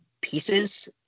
pieces